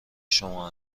شما